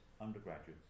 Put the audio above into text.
undergraduates